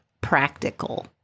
practical